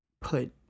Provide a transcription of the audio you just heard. put